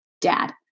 dad